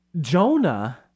Jonah